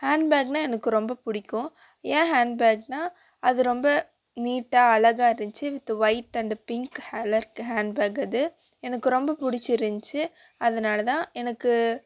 hand பேக்னா எனக்கு ரொம்ப பிடிக்கும் ஏன் ஹேண்ட் பேக்னா அது ரொம்ப நீட்டாக அழகாக இருந்துச்சு with white and pink colour hand bag அது எனக்கு ரொம்ப பிடிச்சிருந்திச்சி அதுனால் தான் எனக்கு